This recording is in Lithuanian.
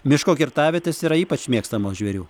miško kirtavietės yra ypač mėgstamos žvėrių